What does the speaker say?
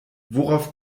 worauf